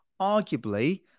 arguably